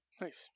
Nice